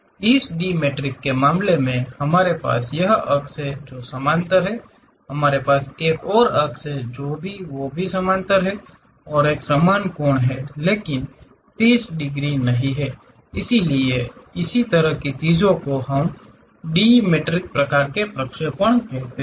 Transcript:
इस डिमेट्रिक के मामले में हमारे पास यह अक्ष है जो समानांतर है हमारे पास एक और अक्ष है जो समानांतर भी है और समान कोण पर हैं लेकिन 30 डिग्री नहीं इसलिए इस तरह की चीजों को हम डिमेट्रिक प्रकार के प्रक्षेपण कहते हैं